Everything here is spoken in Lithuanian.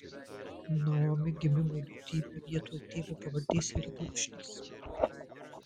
naomi gimimo liudijime vietoj tėvo pavardės yra brūkšnys